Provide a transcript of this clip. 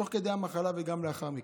תוך כדי המחלה וגם לאחר מכן.